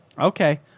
Okay